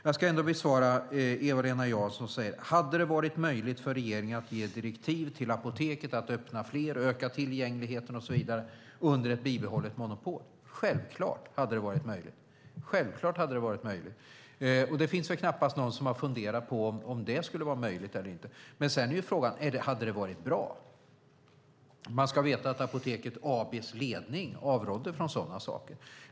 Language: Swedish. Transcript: Jag ska ändå besvara Eva-Lena Janssons fråga om det hade varit möjligt för regeringen att ge direktiv till Apoteket att öppna fler apotek, öka tillgängligheten och så vidare under ett bibehållet monopol. Självklart hade det varit möjligt, och det finns väl knappast någon som har funderat på om det skulle ha varit möjligt eller inte. Men sedan är frågan: Hade det varit bra? Vi ska veta att Apoteket AB:s ledning avrådde från sådana saker.